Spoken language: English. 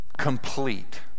Complete